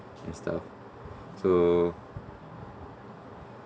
and stuff so